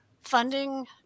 funding